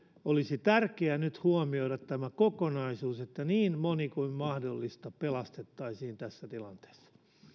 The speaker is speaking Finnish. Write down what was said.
olisi tärkeää nyt huomioida tämä kokonaisuus että niin moni kuin mahdollista pelastettaisiin tässä tilanteessa